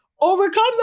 Overcome